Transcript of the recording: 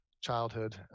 childhood